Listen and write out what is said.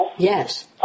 Yes